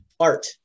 art